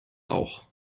auch